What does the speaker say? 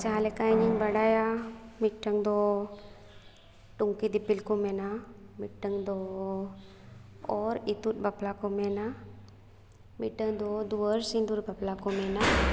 ᱡᱟᱦᱟᱸᱞᱮᱠᱟ ᱤᱧᱤᱧ ᱵᱟᱰᱟᱭᱟ ᱢᱤᱫᱴᱟᱝᱫᱚ ᱴᱩᱝᱠᱤ ᱫᱤᱯᱤᱞᱠᱚ ᱢᱮᱱᱟ ᱢᱤᱫᱴᱟᱝᱫᱚ ᱚᱨᱻᱤᱛᱩᱫ ᱵᱟᱯᱞᱟᱠᱚ ᱢᱮᱱᱟ ᱢᱤᱫᱴᱟᱝᱫᱚ ᱫᱩᱣᱟᱹᱨ ᱥᱤᱸᱫᱩᱨ ᱵᱟᱯᱞᱟᱠᱚ ᱢᱮᱱᱟ